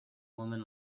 woman